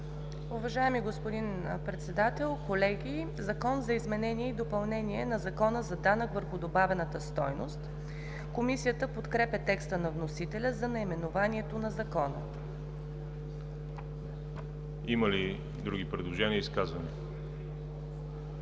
Уважаеми господин Председател, колеги! „Закон за изменение и допълнение на Закона за данък върху добавената стойност“. Комисията подкрепя текста на вносителя за наименованието на Закона. ПРЕДСЕДАТЕЛ ВАЛЕРИ ЖАБЛЯНОВ: Има ли други предложения, изказвания?